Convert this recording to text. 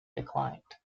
declined